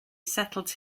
settled